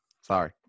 Sorry